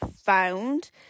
found